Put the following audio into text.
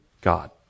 God